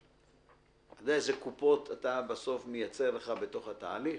אתה יודע אילו קופות אתה בסוף מייצר לך בתוך התהליך?